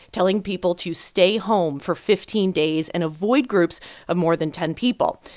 telling people to stay home for fifteen days and avoid groups of more than ten people.